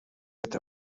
that